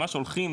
ממש הולכים,